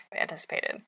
anticipated